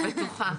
בטוחה.